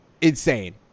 insane